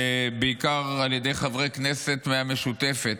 בעיקר על ידי חברי כנסת מהמשותפת,